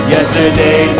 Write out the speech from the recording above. Yesterday